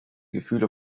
gefühle